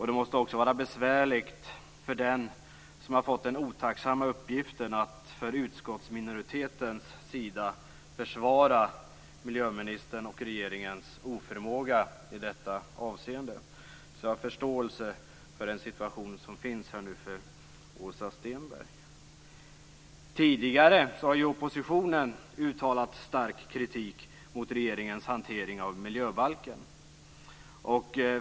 Det måste också vara besvärligt för den som har fått den otacksamma uppgiften att från utskottsminoritetens sida försvara miljöministerns och regeringens oförmåga i detta avseende, så jag har förståelse för Åsa Stenbergs situation. Tidigare har oppositionen uttalat stark kritik mot regeringens hantering av miljöbalken.